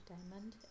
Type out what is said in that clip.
Diamond